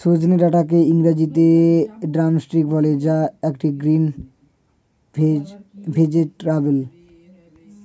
সজনে ডাটাকে ইংরেজিতে ড্রামস্টিক বলে যা একটি গ্রিন ভেজেটাবেল